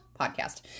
podcast